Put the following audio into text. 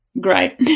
Great